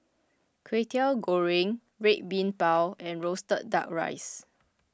Kway Teow Goreng Red Bean Bao and Roasted Duck Rice